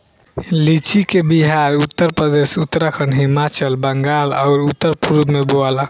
लीची के बिहार, उत्तरप्रदेश, उत्तराखंड, हिमाचल, बंगाल आउर उत्तर पूरब में बोआला